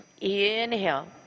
inhale